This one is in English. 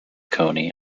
coney